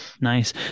Nice